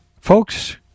Folks